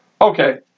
Okay